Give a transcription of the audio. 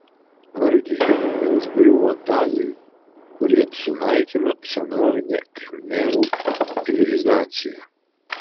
argi jų neužgriuvo tajai kurie sunaikino senovinę khmerų civilizaciją